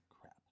crap